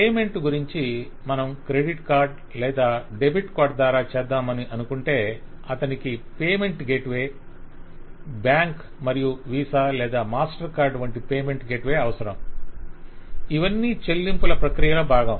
payment గురించి మనం credit card లేదా డెబిట్ కార్డు ద్వారా చేద్దామని అనుకొంటే అతనికి పేమెంట్ గేట్వే బ్యాంక్ మరియు వీసా లేదా మాస్టర్ కార్డ్ వంటి పేమెంట్ గేట్వే అవసరం ఇవన్నీ చెల్లింపుల ప్రక్రియలో బాగం